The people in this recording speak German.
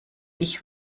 ich